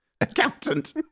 accountant